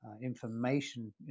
information